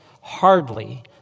Hardly